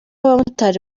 abamotari